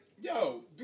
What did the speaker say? yo